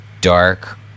dark